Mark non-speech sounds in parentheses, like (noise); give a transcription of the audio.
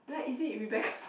like is it Rebecca (laughs)